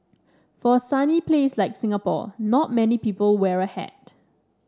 for a sunny place like Singapore not many people wear a hat